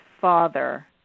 father